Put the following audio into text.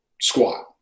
squat